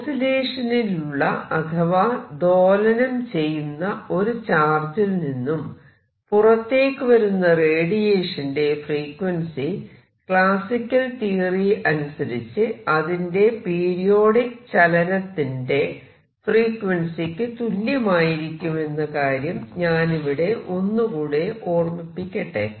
oscillation നിലുള്ള അഥവാ ദോലനം ചെയ്യുന്ന ഒരു ചാർജിൽനിന്നും പുറത്തേക്കുവരുന്ന റേഡിയേഷന്റെ ഫ്രീക്വൻസി ക്ലാസിക്കൽ തിയറി അനുസരിച്ച് അതിന്റെ പീരിയോഡിക് ചലനത്തിന്റെ ഫ്രീക്വൻസിയ്ക്കു തുല്യമായിരിക്കുമെന്ന കാര്യം ഞാനിവിടെ ഒന്നുകൂടെ ഓർമിപ്പിക്കട്ടെ